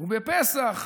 ובפסח